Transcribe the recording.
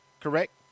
correct